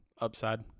upside